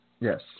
yes